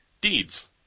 Deeds